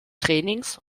trainings